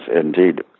indeed